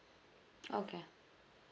okay